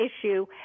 issue